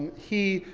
he,